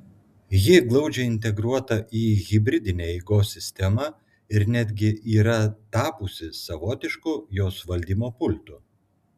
ji glaudžiai integruota į hibridinę eigos sistemą ir netgi yra tapusi savotišku jos valdymo pultu